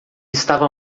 estava